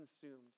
consumed